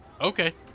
Okay